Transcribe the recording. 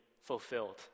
fulfilled